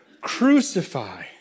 crucify